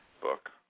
book